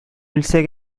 үлсә